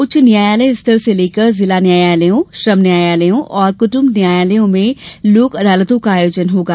उच्च न्यायालय स्तर से लेकर जिला न्यायालयों श्रम न्यायालयों और कृटम्ब न्यायालयों में लोक अदालतों का आयोजन होगा